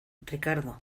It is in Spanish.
ricardo